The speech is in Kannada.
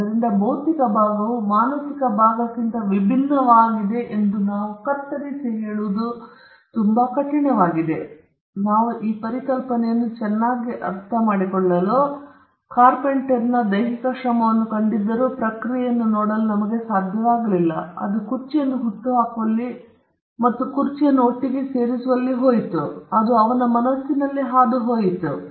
ಆದ್ದರಿಂದ ಭೌತಿಕ ಭಾಗವು ಮಾನಸಿಕ ಭಾಗಕ್ಕಿಂತ ವಿಭಿನ್ನವಾಗಿದೆ ಎಂದು ನಾವು ಕತ್ತರಿಸಿ ಹೇಳುವುದು ತುಂಬಾ ಕಠಿಣವಾಗಿದೆ ಆದರೆ ನಾವು ಈ ಪರಿಕಲ್ಪನೆಯನ್ನು ಚೆನ್ನಾಗಿ ಅರ್ಥಮಾಡಿಕೊಳ್ಳಲು ನಾವು ಕಾರ್ಪೆಂಟರ್ ದೈಹಿಕ ಶ್ರಮವನ್ನು ಕಂಡಿದ್ದರೂ ಪ್ರಕ್ರಿಯೆಯನ್ನು ನೋಡಲು ನಮಗೆ ಸಾಧ್ಯವಾಗಲಿಲ್ಲ ಅದು ಕುರ್ಚಿಯನ್ನು ಹುಟ್ಟುಹಾಕುವಲ್ಲಿ ಮತ್ತು ಕುರ್ಚಿಯನ್ನು ಒಟ್ಟಿಗೆ ಸೇರಿಸುವಲ್ಲಿ ಹೋಯಿತು ಅದು ಅವನ ಮನಸ್ಸಿನಲ್ಲಿ ಹೋಯಿತು